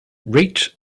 rate